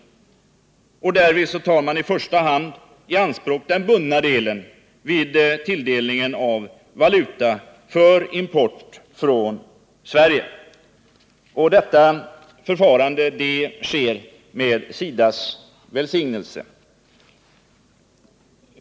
Därvid tar man i första hand i anspråk den bundna delen vid tilldelningen av valuta för import från Sverige, och detta förfarande tillämpas med SIDA:s välsignelse.